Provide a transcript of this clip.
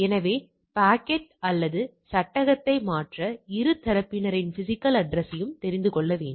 எனவே பாக்கெட் அல்லது சட்டகத்தை மாற்ற இரு தரப்பினரின் பிஸிக்கல் அட்ரஸ்யையும் தெரிந்து கொள்ள வேண்டும்